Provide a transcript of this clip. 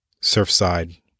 Surfside